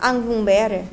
आं बुंबाय आरो